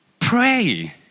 pray